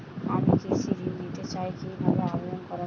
আমি কৃষি ঋণ নিতে চাই কি ভাবে আবেদন করব?